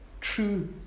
true